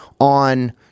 on